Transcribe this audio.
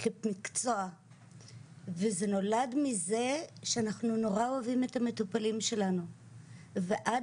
כמקצוע וזה נולד מזה שאנחנו נורא אוהבים את המטופלים שלנו ועד